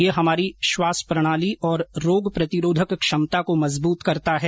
ये हमारी श्वास प्रणाली और रोक प्रतिरोधक क्षमता को मजबूत करता है